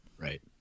Right